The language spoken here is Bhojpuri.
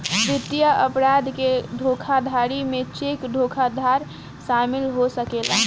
वित्तीय अपराध के धोखाधड़ी में चेक धोखाधड़ शामिल हो सकेला